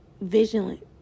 vigilant